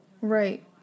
Right